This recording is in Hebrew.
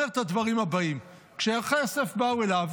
אומר את הדברים הבאים: כשאחי יוסף באו אליו